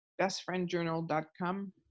bestfriendjournal.com